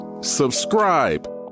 subscribe